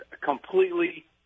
completely